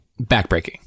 backbreaking